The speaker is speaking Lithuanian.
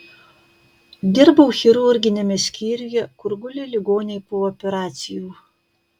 dirbau chirurginiame skyriuje kur guli ligoniai po operacijų